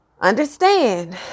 understand